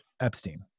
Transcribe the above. Epstein